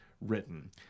written